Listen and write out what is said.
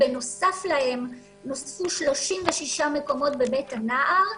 בנוסף להם נוספו 36 מקומות בבית הנער.